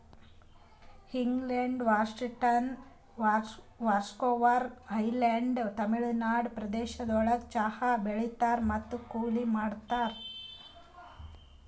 England, Washington, Vancouver island, Tamil Nadu ಪ್ರದೇಶಗೊಳ್ದಾಗ್ ಚಹಾ ಬೆಳೀತಾರ್ ಮತ್ತ ಕೊಯ್ಲಿ ಮಾಡ್ತಾರ್